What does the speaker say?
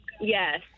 Yes